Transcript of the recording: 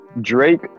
Drake